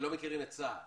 לא מכירים את צה"ל